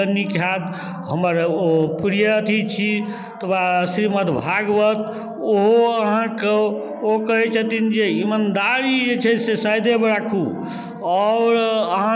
गुड़ आनै छी तकरा दए कऽ तुलसी पात देलहुँ गर्म पानि केलहुँ ओइ पीलासँ सर्दीके स्वर्थ खतम करैके लिए ओते करै छी